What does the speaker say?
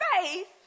faith